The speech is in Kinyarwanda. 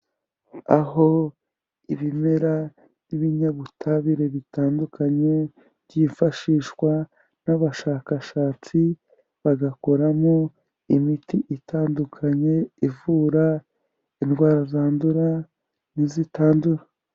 Aho ibimera by'ibinyabutabire bitandukanye, byifashishwa n'abashakashatsi, bagakoramo imiti itandukanye, ivura indwara zandura ntizitandura.